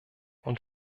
und